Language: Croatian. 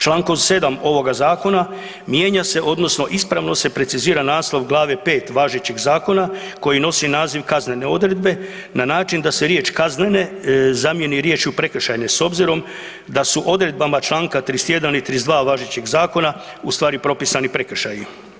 Člankom 7. ovoga Zakona mijenja se odnosno ispravno se precizira naslov Glave V. važećeg Zakona koji nosi naziv „Kaznene odredbe“ na način da se riječ „Kaznene“ zamijeni riječju „Prekršajne“ s obzirom da su odredbama članka 31. i 32. važećeg Zakona ustvari propisani prekršaji.